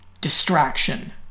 distraction